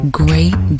great